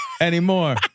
anymore